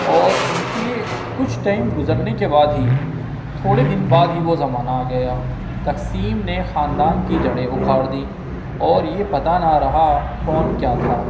اور ان کی کچھ ٹائم گزرنے کے بعد ہی تھوڑے دن بعد ہی وہ زمانہ آ گیا تقسیم نے خاندان کی جڑیں اکھاڑ دی اور یہ پتہ نہ رہا کون کیا تھا